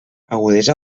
agudesa